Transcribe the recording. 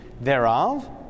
thereof